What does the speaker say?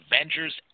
Avengers